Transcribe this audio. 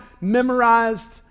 memorized